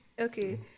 Okay